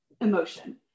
emotion